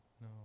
No